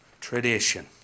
tradition